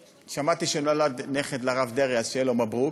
שמעתי שנולד נכד לרב דרעי אז שיהיה לו מברוכ,